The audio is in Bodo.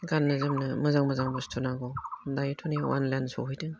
गाननो जोमनो मोजां मोजां बुस्थु नांगौ दायोथ' नै अनलाइन सफैदों